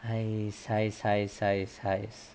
!hais! !hais! !hais! !hais! !hais!